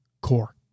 core